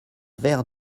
verre